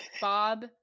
Bob